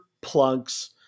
plunks